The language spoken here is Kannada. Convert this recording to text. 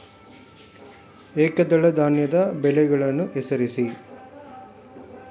ಏಕದಳ ಧಾನ್ಯದ ಬೆಳೆಗಳನ್ನು ಹೆಸರಿಸಿ?